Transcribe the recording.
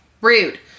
Rude